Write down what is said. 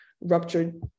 ruptured